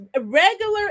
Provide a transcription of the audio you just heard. regular